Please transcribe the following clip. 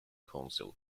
council